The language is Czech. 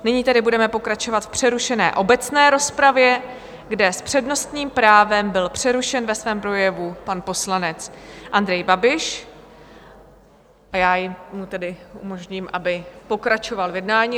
Nyní tedy budeme pokračovat v přerušené obecné rozpravě, kde s přednostním právem byl přerušen ve svém projevu pan poslanec Andrej Babiš, a já mu tedy umožním, aby pokračoval v jednání.